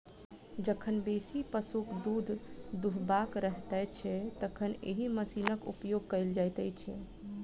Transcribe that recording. जखन बेसी पशुक दूध दूहबाक रहैत छै, तखन एहि मशीनक उपयोग कयल जाइत छै